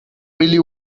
really